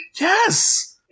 Yes